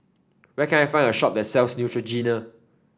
where can I find a shop that sells Neutrogena